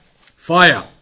fire